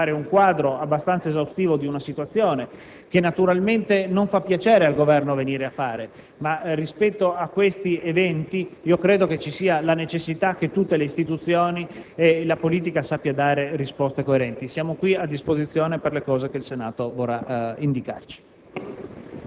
esposto un quadro abbastanza esaustivo di una situazione, che naturalmente non fa piacere al Governo dover riportare. Rispetto a questi eventi, credo vi sia la necessità che tutte le istituzioni e la politica sappiano dare risposte coerenti. Siamo qui a disposizione per quanto il Senato vorrà indicarci.